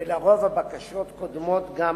ולרוב הבקשות קודמות גם